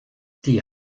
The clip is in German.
die